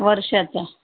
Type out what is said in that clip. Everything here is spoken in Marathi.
वर्ष आता